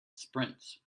sprints